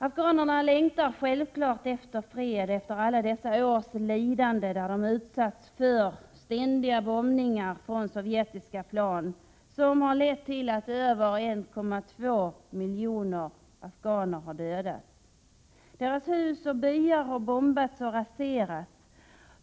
Afghanerna längtar självfallet efter fred, efter alla dessa år av lidande, då de har utsatts för ständiga bombningar från sovjetiska plan som har lett till att över 1,2 miljoner afghaner har dödats. Deras hus och byar har bombats och raserats.